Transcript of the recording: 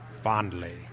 fondly